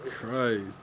Christ